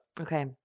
Okay